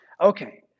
Okay